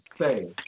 say